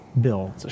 Bill